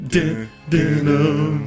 Denim